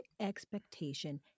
expectation